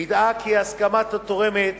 וידאה כי הסכמת התורמת